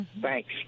thanks